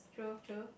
true true